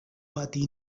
pati